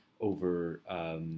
over